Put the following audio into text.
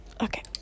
Okay